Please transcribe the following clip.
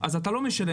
אז אתה לא משלם,